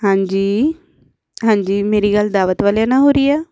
ਹਾਂਜੀ ਹਾਂਜੀ ਮੇਰੀ ਗੱਲ ਦਾਵਤ ਵਾਲਿਆ ਨਾਲ ਹੋ ਰਹੀ ਆ